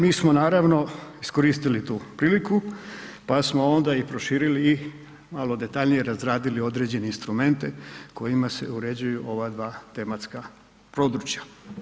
Mi smo naravno iskoristili tu priliku pa smo onda i proširili i malo detaljnije razradili određene instrumente kojima se uređuju ova dva tematska područja.